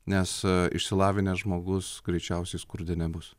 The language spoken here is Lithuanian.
nes išsilavinęs žmogus greičiausiai skurde nebus